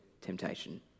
temptation